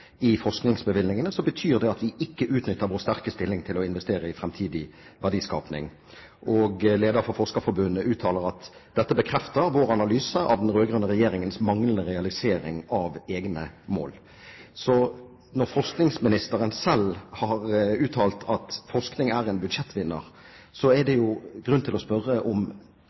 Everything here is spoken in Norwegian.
i forskningsbevilgningene, betyr det at «vi ikke utnytter vår sterke stilling til å investere i fremtidig verdiskaping». Lederen for Forskerforbundet uttaler: «Dette bekrefter vår analyse av den rødgrønne regjeringens manglende realisering av egne mål.» Så når forskningsministeren selv har uttalt at forskning er en budsjettvinner, er det jo grunn til å spørre om